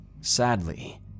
Sadly